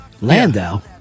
Landau